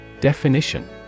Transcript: Definition